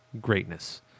greatness